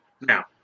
now